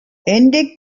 ende